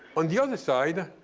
on the other side,